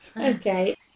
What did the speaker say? Okay